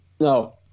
No